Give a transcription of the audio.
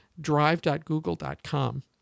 drive.google.com